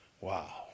Wow